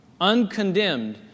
uncondemned